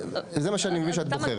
אז זה מה שאני מבין שאת בוחרת.